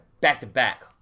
back-to-back